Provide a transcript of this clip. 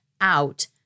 out